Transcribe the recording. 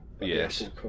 Yes